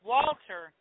Walter